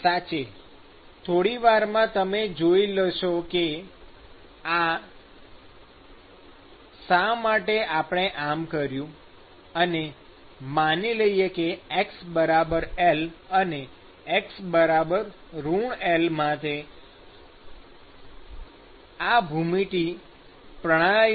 સાચે થોડી વારમાં તમે જોઈ લેશો કે શા માટે આપણે આમ કર્યું અને માની લઈએ કે x L અને x L આ ભૂમિતિ માટે પ્રણાલીનાં યામો છે સ્નેપશૉટ જુઓ